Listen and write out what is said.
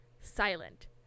silent